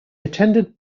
attended